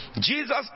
Jesus